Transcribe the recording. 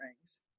rings